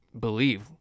believe